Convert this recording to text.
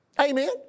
Amen